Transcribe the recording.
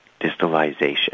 distalization